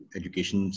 education